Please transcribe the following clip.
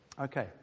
Okay